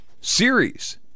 series